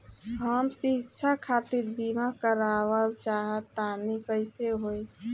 हम शिक्षा खातिर बीमा करावल चाहऽ तनि कइसे होई?